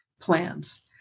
plans